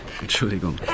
Entschuldigung